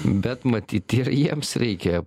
bet matyt ir jiems reikia